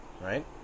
right